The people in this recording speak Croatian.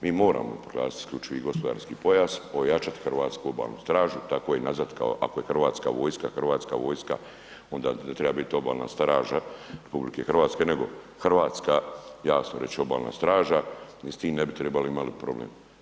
Mi moramo proglasiti isključivi gospodarski pojas, ojačati Hrvatsku obalnu stražu, tako je nazvat, ako je Hrvatska vojska, Hrvatska vojska onda ne treba biti Obalna straža RH, nego Hrvatska jasno reć obalna straža i s tim ne bi tribali imati problem.